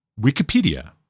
Wikipedia